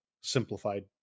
simplified